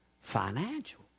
Financial